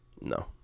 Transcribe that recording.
No